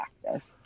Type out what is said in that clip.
practice